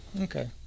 okay